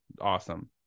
awesome